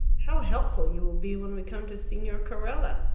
how helpful you will be when we come to signor carella!